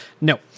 No